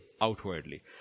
outwardly